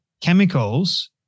chemicals